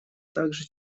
также